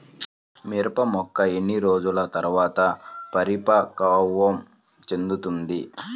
మిరప మొక్క ఎన్ని రోజుల తర్వాత పరిపక్వం చెందుతుంది?